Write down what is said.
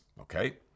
Okay